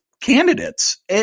candidates